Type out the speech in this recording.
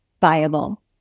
viable